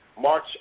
March